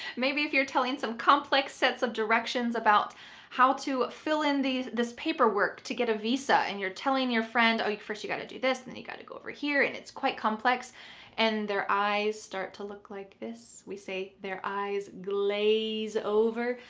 maybe if you're telling some complex sets of directions about how to fill in this paperwork to get a visa, and you're telling your friend, first, you got to do this, and then you got to go over here, and it's quite complex and their eyes start to look like this. we say their eyes glaze over.